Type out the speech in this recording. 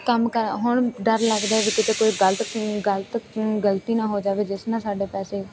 ਕੰਮ ਕ ਹੁਣ ਡਰ ਲੱਗਦਾ ਵੀ ਕਿਤੇ ਕੋਈ ਗਲਤ ਗਲਤ ਗਲਤੀ ਨਾ ਹੋ ਜਾਵੇ ਜਿਸ ਨਾਲ ਸਾਡੇ ਪੈਸੇ